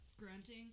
grunting